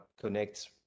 connect